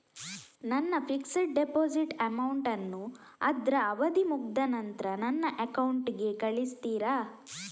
ನನ್ನ fixed deposit amount ಅನ್ನು ಅದ್ರ ಅವಧಿ ಮುಗ್ದ ನಂತ್ರ ನನ್ನ ಅಕೌಂಟ್ ಗೆ ಕಳಿಸ್ತೀರಾ?